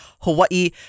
Hawaii